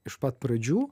iš pat pradžių